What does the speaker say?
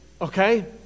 okay